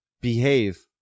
behave